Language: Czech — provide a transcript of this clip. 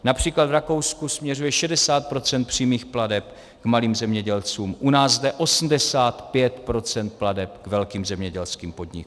Například v Rakousku směřuje 60 % přímých plateb k malým zemědělcům, u nás jde 85 % plateb k velkým zemědělským podnikům.